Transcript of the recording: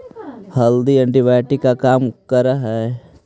हल्दी एंटीबायोटिक का काम करअ हई